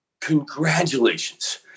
congratulations